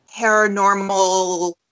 paranormal